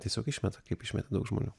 tiesiog išmeta kaip išmeta daug žmonių